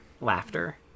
laughter